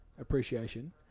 appreciation